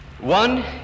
One